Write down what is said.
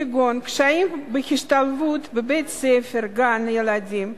כגון קשיים בהשתלבות בבית-ספר / גן-ילדים,